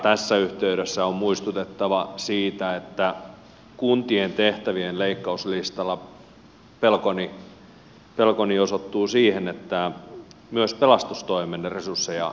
tässä yhteydessä on muistutettava siitä että kuntien tehtävien leikkauslistalla pelkoni osoittuu siihen että myös pelastustoimen resursseja leikataan